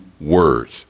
words